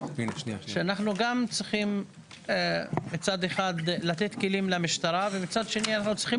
שאנחנו גם צריכים מצד אחד לתת כלים למשטרה ומצד שני אנחנו צריכים